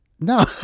no